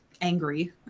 angry